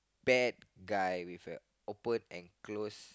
bad guy with a open and close